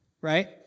right